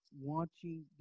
watching